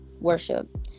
worship